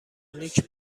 نیک